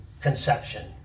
conception